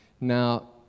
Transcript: Now